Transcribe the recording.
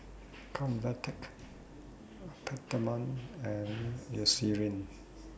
Convatec Peptamen and Eucerin